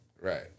Right